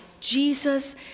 Jesus